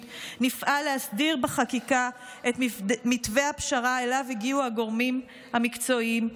נפעל להסדיר בחקיקה את מתווה הפשרה שאליו הגיעו הגורמים המקצועיים,